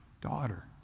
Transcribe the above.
daughter